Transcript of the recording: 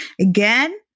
Again